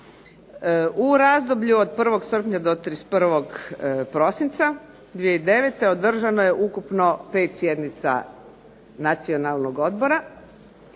U razdoblju od 1. srpnja do 31. prosinca 2009. održano je ukupno 5 sjednica Nacionalnog odbora,